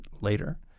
later